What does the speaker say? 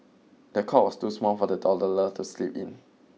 the cot was too small for the toddler to sleep in